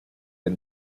del